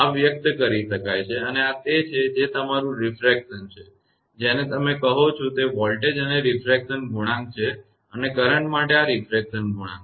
આ વ્યક્ત કરી શકાય છે અને આ તે છે જે તમારું રિફ્રેક્શન છે જેને તમે કહો છો તે વોલ્ટેજ માટે રીફ્રેક્શન ગુણાંક છે અને કરંટ માટે આ રીફ્રેક્શન ગુણાંક છે